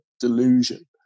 delusion